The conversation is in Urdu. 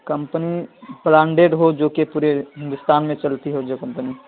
کمپنی برانڈڈ ہو جوکہ پورے ہندوستان میں چلتی ہو جو کمپنی